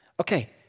Okay